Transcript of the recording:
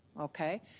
okay